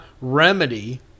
remedy